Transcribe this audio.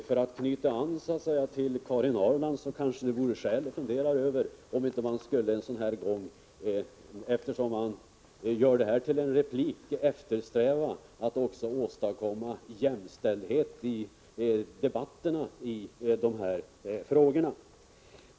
För att knyta an till Karin Ahrland vore det kanske skäl att fundera över om man inte en sådan här gång — eftersom man gör detta till en replik — eftersträva att åstadkomma jämställdhet också i debatterna.